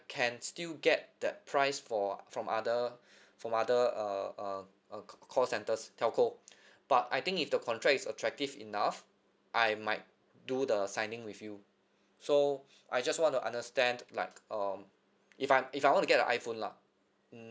can still get that price for from other from other uh uh uh call centres telco but I think if the contract is attractive enough I might do the signing with you so I just want to understand like um if I if I want to get a iphone lah mm